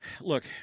look